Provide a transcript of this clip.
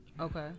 okay